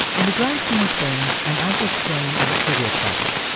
in the grand scheme of things, an ankle sprain is a trivial problem.